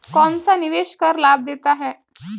कौनसा निवेश कर लाभ देता है?